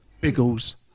Biggles